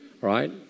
right